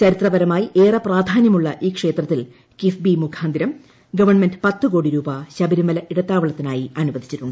ചരിത്രപരമായി ഏറെ പ്രാധാന്യമുള്ള ഈ ക്ഷേത്രത്തിൽ കിഫ് ബി മുഖാന്തിരം ഗവൺമെന്റ് കോടി രൂപ ശബരിമല പത്ത് ഇടത്താവളത്തിനായി അനുവദിച്ചിട്ടുണ്ട്